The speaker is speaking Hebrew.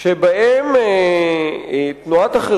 בימי "בלי חרות ומק"י", שבהם תנועת החרות,